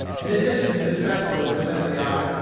in addition to this spectacle which met the eye,